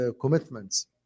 commitments